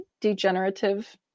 degenerative